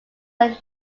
are